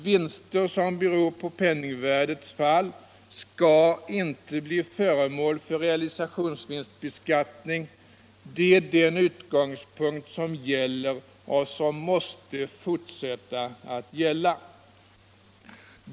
Vinster som beror på penningvärdets fall skall inte bli föremål för realisationsvinstbeskattning. Det är den utgångspunkt som gäller och som måste fortsätta att gälla.